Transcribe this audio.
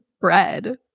bread